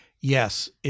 yes